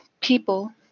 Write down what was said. people